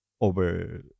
over